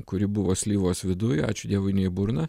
kuri buvo slyvos viduj ačiū dievui nė į burną